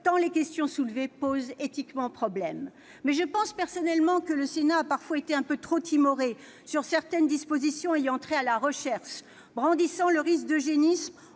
tant les questions soulevées posent éthiquement problème. Mais je pense personnellement que le Sénat a parfois été un peu trop timoré sur certaines dispositions ayant trait à la recherche, brandissant le risque d'eugénisme